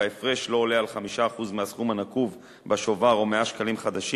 וההפרש לא עולה על 5% מהסכום הנקוב בשובר או 100 שקלים חדשים,